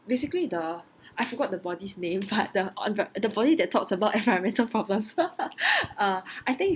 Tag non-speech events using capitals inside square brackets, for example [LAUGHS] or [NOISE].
basically the I forgot the body's name but the en~ the body that talks about environmental problems [LAUGHS] uh I think